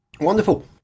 Wonderful